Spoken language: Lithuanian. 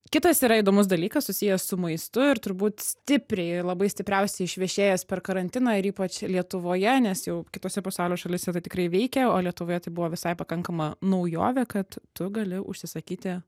kitas yra įdomus dalykas susijęs su maistu ir turbūt stipriai labai stipriausiai išvešėjęs per karantiną ir ypač lietuvoje nes jau kitose pasaulio šalyse tai tikrai veikia o lietuvoje tai buvo visai pakankama naujovė kad tu gali užsisakyti